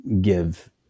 give